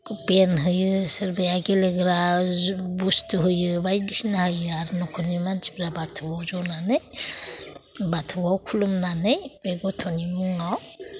PAN होयो सोरबाया गेलेग्रा जु बुस्थु होयो बायदिसिना होयो आरो नख'रनि मानसिफ्रा बाथौआव ज'नानै बाथौआव खुलुमनानै बे गथ'नि मुङाव